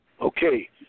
Okay